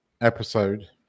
episode